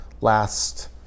last